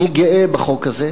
אני גאה בחוק הזה,